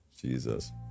Jesus